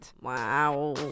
Wow